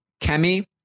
Kemi